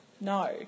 No